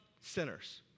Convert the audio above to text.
sinners